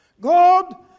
God